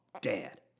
dad